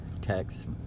text